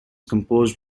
composed